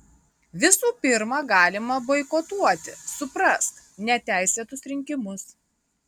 visų pirma galima boikotuoti suprask neteisėtus rinkimus